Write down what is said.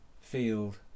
field